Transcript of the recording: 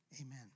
amen